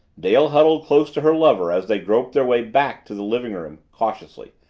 dale huddled close to her lover as they groped their way back to the living-room, cautiously,